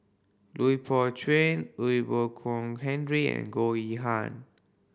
Lui Pao Chuen Boon Kong Henry and Goh Yihan